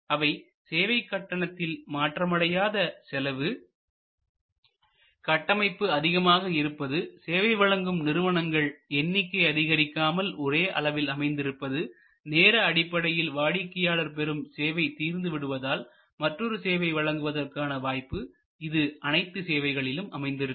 அவை சேவைக் கட்டணத்தில் மாற்றமடையாத செலவு கட்டமைப்பு அதிகமாக இருப்பதுசேவை வழங்கும் நிறுவனங்கள் எண்ணிக்கை அதிகரிக்காமல் ஒரே அளவில் அமைந்திருப்பது நேர அடிப்படையில் வாடிக்கையாளர் பெரும் சேவை தீர்ந்து விடுவதால் மற்றொரு சேவை வழங்குவதற்கான வாய்ப்பு இது அனைத்து சேவைகளிலும் அமைந்திருக்கும்